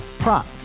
Prop